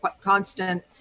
constant